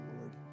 Lord